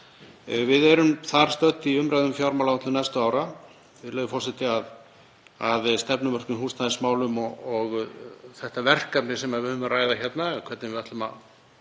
Við erum þar stödd í umræðu um fjármálaáætlun næstu ára, virðulegur forseti, að rætt er um stefnumörkun í húsnæðismálum og þetta verkefni sem við erum að ræða hérna, hvernig við ætlum að